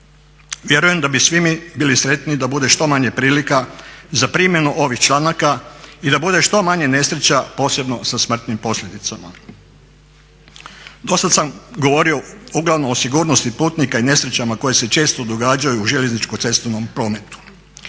Vjerujem da bi svi mi bili sretniji da bude što manje prilika za primjenu ovih članaka i da bude što manje nesreća, posebno sa smrtnim posljedicama. Dosad sam govorio uglavnom o sigurnosti putnika i nesrećama koje se često događaju u željezničko-cestovno prometu.